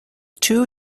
two